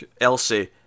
elsie